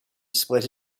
split